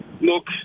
Look